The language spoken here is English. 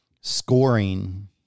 scoring